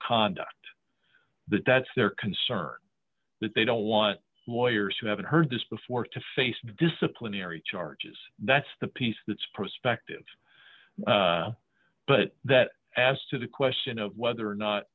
conduct that that's their concern that they don't want lawyers who haven't heard this before to face disciplinary charges that's the piece that's prospective but that adds to the question of whether or not